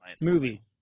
movie